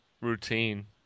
routine